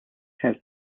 has